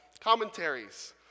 commentaries